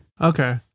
Okay